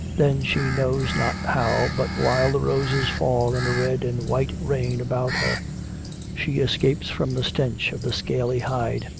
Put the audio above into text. then she knows not how, but while the roses fall in a red and white rain about her she escapes from the stench of the scaly hide,